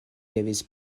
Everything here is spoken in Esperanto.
devis